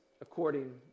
according